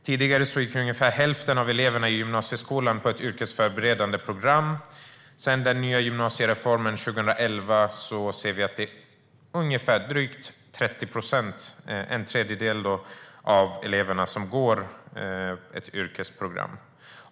Tidigare gick ungefär hälften av eleverna i gymnasieskolan på ett yrkesförberedande program. Sedan den nya gymnasiereformen infördes 2011 ser vi att det är ungefär drygt 30 procent, en tredjedel, av eleverna som går ett yrkesprogram.